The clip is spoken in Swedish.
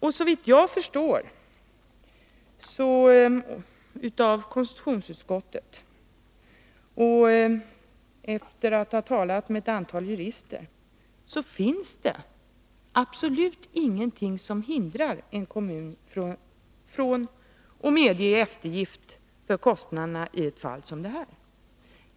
Om jag har förstått konstitutionsutskottet och de jurister som jag har talat med rätt, finns det absolut ingenting som hindrar en kommun från att medge eftergift för kostnaderna i ett fall som detta.